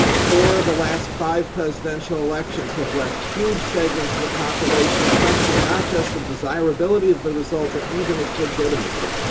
ah four of the last five presidential elections have left huge segments of the population questioning not just the desirability of the result, but even its legitimacy.